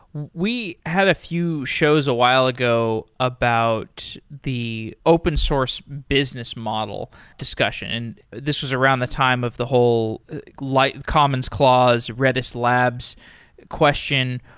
we had a few shows a while ago about the open source business model discussion, and this was around the time of the whole like commons clause, redis labs question.